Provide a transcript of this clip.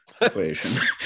equation